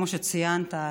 כמו שציינת,